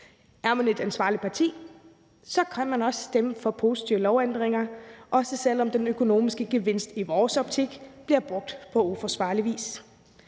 er man et ansvarligt parti, kan man også stemme for positive lovændringer, også selv om den økonomiske gevinst – i vores optik – bliver brugt på uforsvarlig vis.